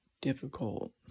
difficult